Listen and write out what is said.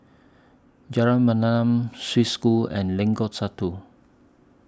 Jalan Mayaanam Swiss School and Lengkong Satu